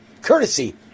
courtesy